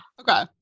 Okay